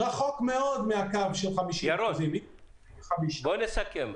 בוא נסכם.